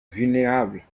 vulnérables